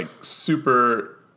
super